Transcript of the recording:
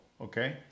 Okay